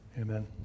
Amen